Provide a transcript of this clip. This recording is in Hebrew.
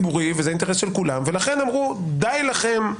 לכן, אמרו: "די לכם,